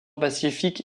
pacifique